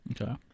Okay